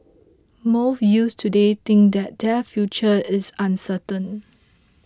most youths today think that their future is uncertain